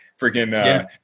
Freaking